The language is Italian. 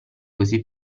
così